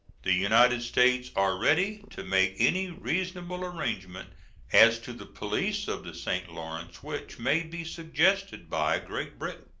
the united states are ready to make any reasonable arrangement as to the police of the st. lawrence which may be suggested by great britain.